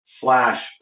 slash